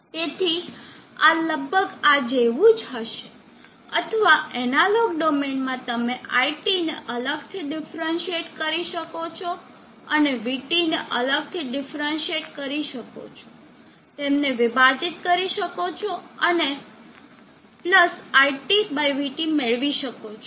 તેથી આ લગભગ આ જેવું જ હશે અથવા એનાલોગ ડોમેન માં તમે iT ને અલગથી ડિફરન્ટસીએટ કરી શકો છો અને vT ને અલગ ડિફરન્ટસીએટ કરી શકો છો તેમને વિભાજીત કરી શકો છો અને iTvT મેળવી શકો છો